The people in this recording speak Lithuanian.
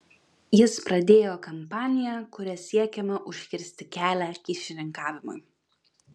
jis pradėjo kampaniją kuria siekiama užkirsti kelią kyšininkavimui